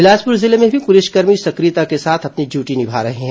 बिलासपुर जिले में भी पुलिसकर्मी सक्रियता के साथ अपनी ड्यूटी निभा रहे हैं